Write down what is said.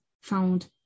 found